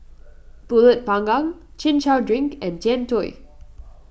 Pulut Panggang Chin Chow Drink and Jian Dui